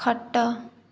ଖଟ